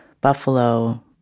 Buffalo